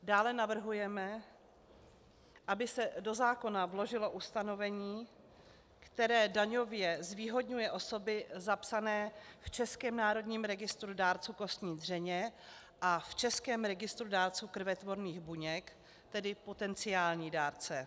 Dále navrhujeme, aby se do zákona vložilo ustanovení, které daňově zvýhodňuje osoby zapsané v Českém národním registru dárců kostní dřeně a v Českém registru dárců krvetvorných buněk, tedy potenciální dárce.